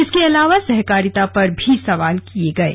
इसके अलावा सहकारिता पर भी सवाल किये गये